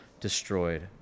destroyed